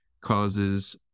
causes